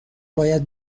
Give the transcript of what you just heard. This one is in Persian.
باید